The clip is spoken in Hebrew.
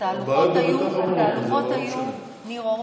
התהלוכות היו לשאלת ניר אורבך,